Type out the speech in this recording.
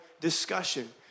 discussion